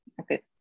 okay